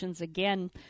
Again